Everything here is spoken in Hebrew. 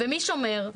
ומי שומר.